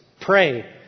pray